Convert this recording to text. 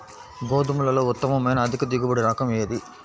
గోధుమలలో ఉత్తమమైన అధిక దిగుబడి రకం ఏది?